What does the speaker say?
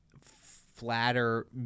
flatter